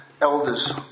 elders